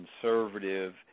conservative